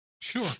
Sure